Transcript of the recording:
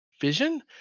vision